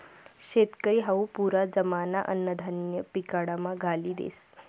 शेतकरी हावू पुरा जमाना अन्नधान्य पिकाडामा घाली देस